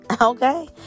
Okay